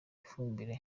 ifumbire